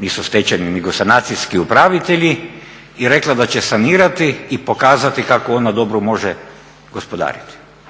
nisu stečajni nego sanacijski upravitelji i rekla da će sanirati i pokazati kako ona dobro može gospodariti.